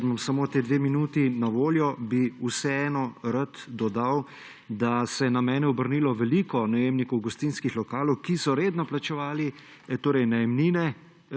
Ker imam samo dve minuti na voljo, bi vseeno rad dodal, da se je name obrnilo veliko najemnikov gostinskih lokalov, ki so redno plačevali najemnine